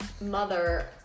mother